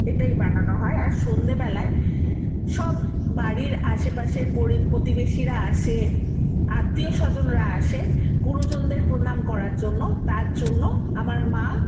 এটাই বানানো হয় আর সন্ধেবেলায় সব বাড়ির আশেপাশের প্রতিবেশীরা আসে আত্মীয় স্বজনরা আসে গুরুজনদের প্রণাম করার জন্য তার জন্য আমার মা